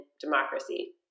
democracy